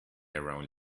around